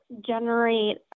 generate